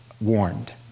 warned